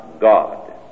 God